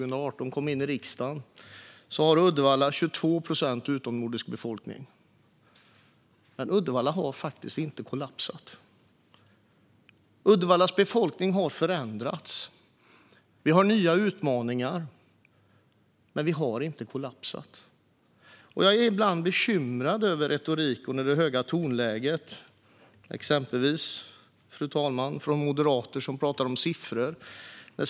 När jag kom in i riksdagen 2018 var 22 procent av befolkningen i Uddevalla utomnordisk. Men Uddevalla har faktiskt inte kollapsat. Uddevallas befolkning har förändrats. Det finns nya utmaningar. Men vi har inte kollapsat. Fru talman! Jag är ibland bekymrad över retoriken och det höga tonläget, exempelvis från moderater som talar om siffror.